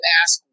ask